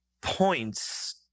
points